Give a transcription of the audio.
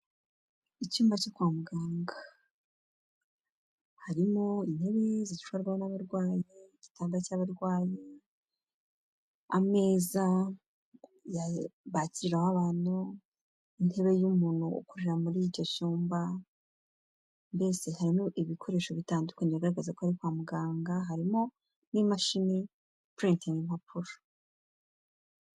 Icyumba cyo kwa muganga, harimo intebe zicarwaho n'abarwayi, igitanda cy'abarwayi, ameza bakiriraho abantu, intebe y'umuntu ukorera muri icyo cyumba, mbese harimo ibikoresho bitandukanye bigaragaza ko ari kwa muganga, harimo n'imashini ipurintinga impapuro.